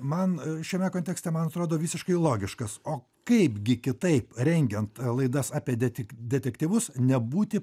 man šiame kontekste man atrodo visiškai logiškas o kaipgi kitaip rengiant laidas apie tik detektyvus nebūti